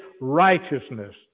righteousness